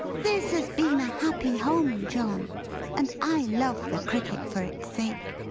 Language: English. this has been a happy home, john and i love the cricket for its sake!